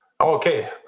Okay